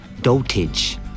dotage